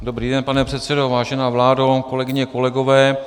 Dobrý den, pane předsedo, vážená vládo, kolegyně, kolegové.